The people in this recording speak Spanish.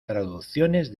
traducciones